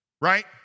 right